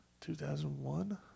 2001